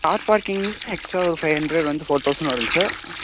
car பார்க்கிங்னா extra ஒரு five hundred வந்து ஃபோர் தௌசண்ட் வரும்ங்க சார்